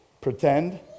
Pretend